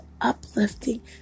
uplifting